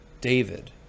David